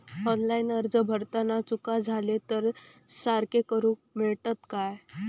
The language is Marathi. ऑनलाइन अर्ज भरताना चुका जाले तर ते सारके करुक मेळतत काय?